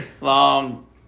long